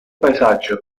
paesaggio